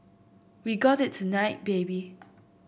we got it tonight baby